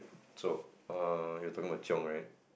so err you're talking about chiong right